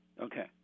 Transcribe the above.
Okay